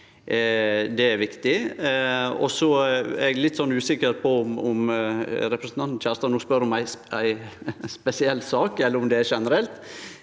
Det er viktig. Så er eg litt usikker på om representanten Kjerstad no spør om ei spesiell sak, eller om det er generelt.